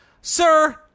Sir